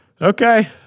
Okay